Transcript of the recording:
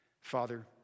Father